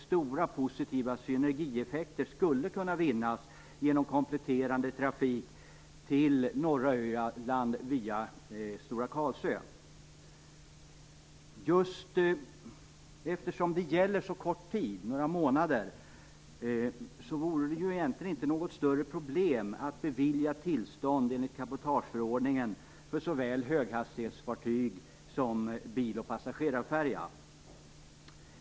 Stora positiva synergieffekter skulle kunna vinnas genom kompletterande trafik till norra Öland via Stora Eftersom det gäller så kort tid, några månader, vore det egentligen inte något större problem att bevilja tillstånd enligt cabotageförordningen för såväl höghastighetsfartyg som bil och passagerarfärja.